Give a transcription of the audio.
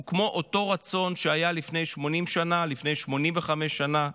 הוא כמו אותו רצון שהיה לפני 80 שנה, לפני 85 שנה,